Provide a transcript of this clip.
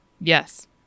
yes